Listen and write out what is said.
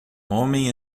homem